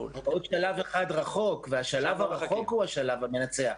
רחוק והשלב הרחוק הוא השלב המנצח.